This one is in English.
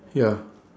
ya